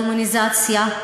הדמוניזציה,